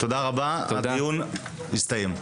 תודה רבה, הדיון הסתיים.